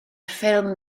ffilm